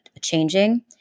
changing